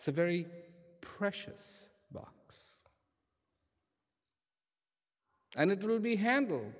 it's a very precious box and it will be handled